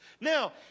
Now